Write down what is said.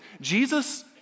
Jesus